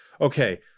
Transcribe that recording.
okay